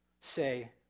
say